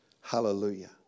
Hallelujah